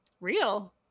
real